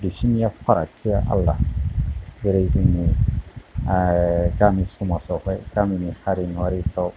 बिसिनिया फारागथिया आलदा जेरै जोंनि गामि समाजआवहाय गामिनि हारिमुवारिफ्राव